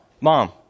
mom